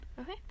Okay